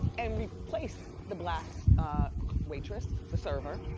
and replaced the black waitress, the server.